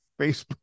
Facebook